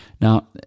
Now